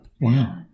Wow